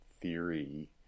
theory